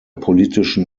politischen